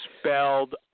spelled